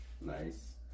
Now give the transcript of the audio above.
Nice